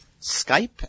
Skype